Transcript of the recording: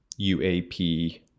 UAP